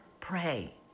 pray